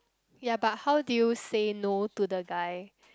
ya but how do you say no to the guy